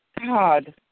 God